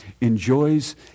enjoys